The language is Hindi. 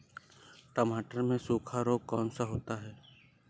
टमाटर में सूखा रोग कौन सा होता है?